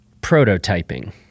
Prototyping